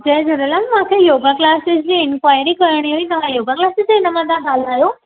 जय झूलेलाल मूंखे yoga class जी enquiry करिणी हुई तव्हां योगा क्लासेस जे हिनमां था ॻाल्हायो